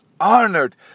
honored